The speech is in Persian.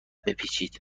بپیچید